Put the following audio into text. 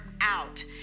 out